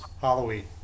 Halloween